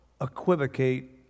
equivocate